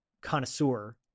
connoisseur